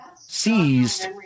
seized